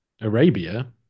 Arabia